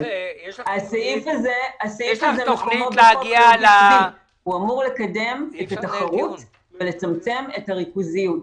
הסעיף הזה אמור לקדם את התחרות ולצמצם את הריכוזיות.